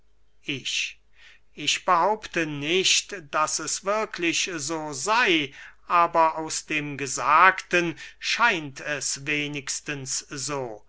ich ich behaupte nicht daß es wirklich so sey aber aus dem gesagten scheint es wenigstens so